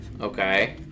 okay